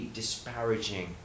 disparaging